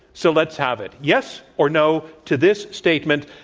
so, let's have it. yes or no to this statement,